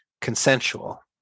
consensual